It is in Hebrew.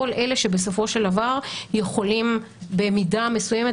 כל אלה שבסופו של דבר יכולים במידה מסוימת,